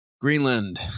Greenland